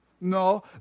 No